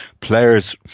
players